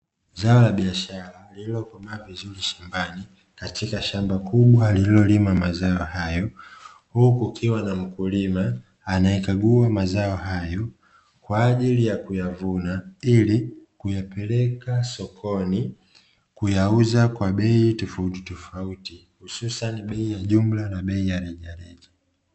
Zao la biashara lililokomaa vizuri shambani, katika shamba kubwa lililolimwa mazao hayo. Huku kukiwa na mkulima anayekagua mazao hayo kwa ajili ya kuyavuna ili kuyapeleka sokoni kuyauza kwa bei tofauti tofauti hususani bei ya jumla na bei ya rejareja.